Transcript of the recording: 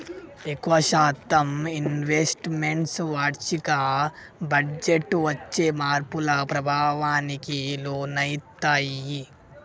ఎక్కువ శాతం investments వార్షిక బడ్జెట్టు వచ్చే మార్పుల ప్రభావానికి లోనయితయ్యి